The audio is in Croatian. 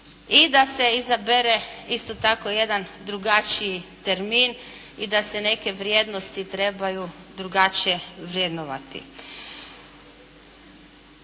i da se izabere isto tako jedan drugačiji termin i da se neke vrijednosti trebaju drugačije vrednovati.